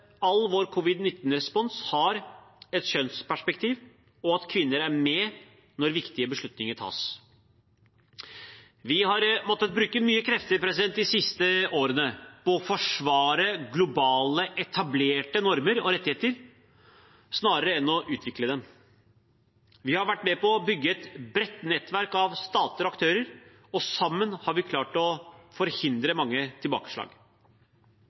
kvinner er med når viktige beslutninger tas. Vi har måttet bruke mye krefter de siste årene på å forsvare globale, etablerte normer og rettigheter, snarere enn å videreutvikle dem. Vi har vært med å bygge et bredt nettverk av stater og aktører, og sammen har vi klart å forhindre mange tilbakeslag.